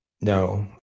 No